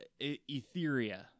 Etheria